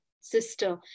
sister